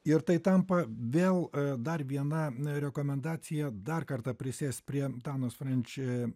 ir tai tampa vėl dar viena rekomendacija dar kartą prisėst prie tanos frenč